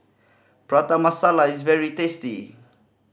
Prata Masala is very tasty